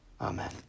Amen